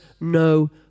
no